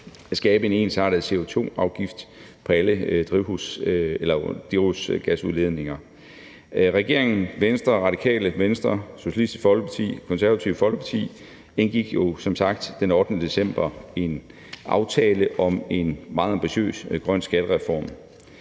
at skabe en ensartet CO2-afgift på alle drivhusgasudledninger. Regeringen, Venstre, Radikale Venstre, Socialistisk Folkeparti og Det Konservative Folkeparti indgik som sagt den 8. december en aftale om en meget ambitiøs grøn skattereform,